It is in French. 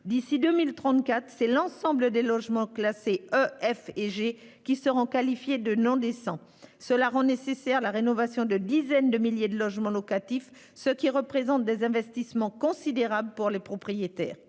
D'ici à 2034, c'est l'ensemble des logements classés E, F et G qui seront qualifiés de « non décents ». Cela rend nécessaire la rénovation de dizaines de milliers de logements locatifs, ce qui représente des investissements considérables pour les propriétaires.